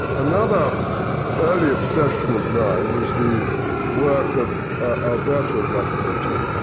another early obsession of mine was the work of alberto giacometti.